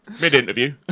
Mid-interview